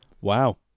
Wow